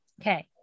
Okay